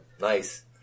Nice